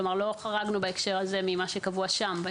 כלומר, לא חרגנו בהקשר הזה ממה שקבוע שם.